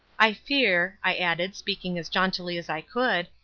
i fear, i added, speaking as jauntily as i could,